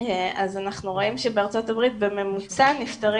אז אנחנו רואים שבארצות הברית בממוצע נפטרים